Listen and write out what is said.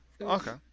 Okay